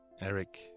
Eric